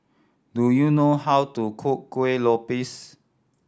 do you know how to cook Kueh Lopes